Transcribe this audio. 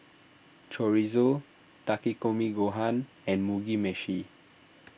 Chorizo Takikomi Gohan and Mugi Meshi